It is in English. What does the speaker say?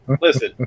listen